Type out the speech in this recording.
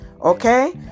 Okay